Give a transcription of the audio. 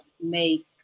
make